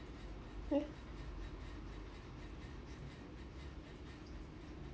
eh